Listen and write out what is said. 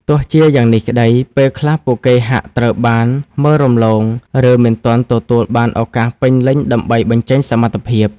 ទោះជាយ៉ាងនេះក្តី ពេលខ្លះពួកគេហាក់ត្រូវបានមើលរំលង ឬមិនទាន់ទទួលបានឱកាសពេញលេញដើម្បីបញ្ចេញសមត្ថភាព។